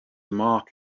mark